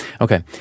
Okay